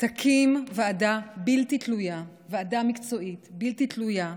ותקים ועדה בלתי תלויה, ועדה מקצועית בלתי תלויה,